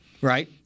Right